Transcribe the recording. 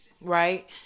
right